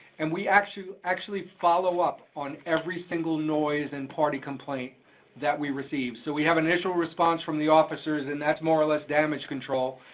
and we actually we actually follow up on every single noise and party complaint that we receive. so we have initial response from the officers, and that's more or less damage control,